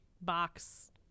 box